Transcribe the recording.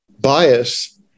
bias